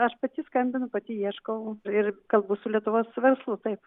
aš pati skambinu pati ieškau ir kalbu su lietuvos verslu taip